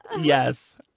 Yes